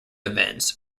events